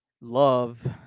love